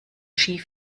ski